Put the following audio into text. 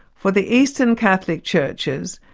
for the eastern catholic churches,